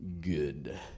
good